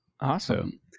Awesome